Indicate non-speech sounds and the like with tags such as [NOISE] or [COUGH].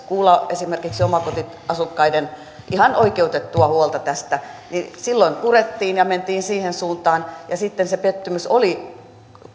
[UNINTELLIGIBLE] kuulla esimerkiksi omakotiasukkaiden ihan oikeutettua huolta tästä niin silloin purettiin ja mentiin siihen suuntaan ja sitten se pettymys oli